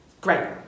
Great